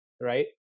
right